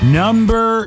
number